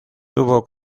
tuvo